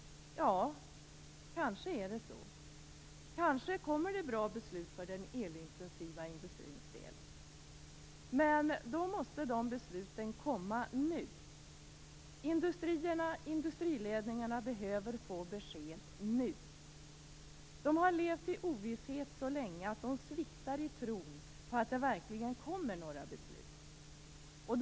Kanske är det så. Kanske kommer det bra beslut för den elintensiva industrins del. Men då måste de besluten komma nu. Industrierna och industriledningarna behöver få besked nu. De har levt i ovisshet så länge att de sviktar i tron på att det verkligen kommer några beslut.